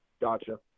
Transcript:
gotcha